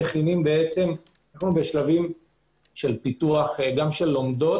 אנו בשלבים של פיתוח גם של לומדות.